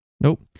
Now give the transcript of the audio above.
Nope